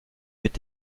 mit